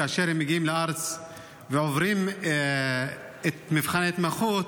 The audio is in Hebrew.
כאשר הם מגיעים לארץ ועוברים את מבחן ההתמחות,